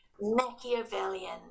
Machiavellian